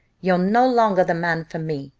you're no longer the man for me,